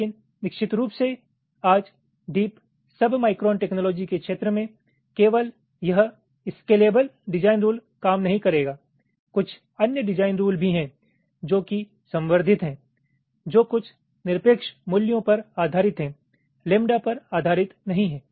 लेकिन निश्चित रूप से आज डीप सबमाइक्रोन टेक्नॉलॉजी के क्षेत्र में केवल यह स्केलेबल डिजाइन रूल काम नहीं करेगा कुछ अन्य डिजाइन रूल भी हैं जो कि संवर्धित हैं जो कुछ निरपेक्ष मूल्यों पर आधारित हैं लैम्बडा पर आधारित नहीं हैं